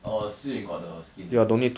err si yuan got the skin eh